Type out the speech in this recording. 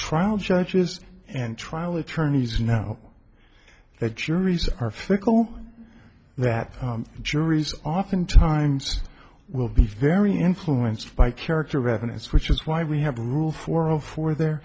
trial judges and trial attorneys now that juries are fickle that juries oftentimes will be very influenced by character of evidence which is why we have a rule for all for there